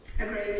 Agreed